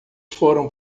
foram